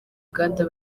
uganda